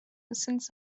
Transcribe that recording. since